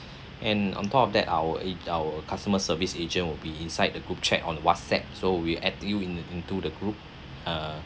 and on top of that our age~ our customer service agent will be inside the group chat on WhatsApp so we'll add you in into the group uh